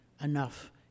enough